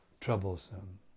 troublesome